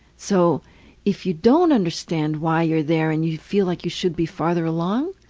so if you don't understand why you're there and you feel like you should be farther along,